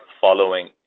following